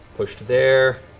pushed there.